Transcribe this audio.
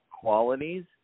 qualities